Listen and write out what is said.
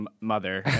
mother